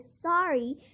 sorry